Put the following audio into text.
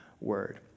word